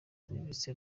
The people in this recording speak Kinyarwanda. serivisi